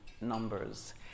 numbers